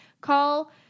Call